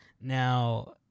Now